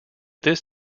this